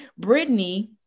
britney